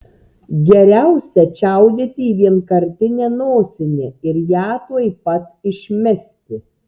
geriausia čiaudėti į vienkartinę nosinę ir ją tuoj pat išmesti